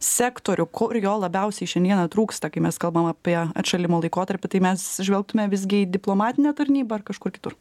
sektorių kur jo labiausiai šiandieną trūksta kai mes kalbam apie atšalimo laikotarpį tai mes žvelgtume visgi į diplomatinę tarnybą ar kažkur kitur